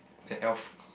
that elf